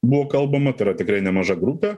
buvo kalbama tai yra tikrai nemaža grupė